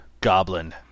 Goblin